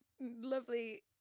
lovely